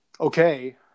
okay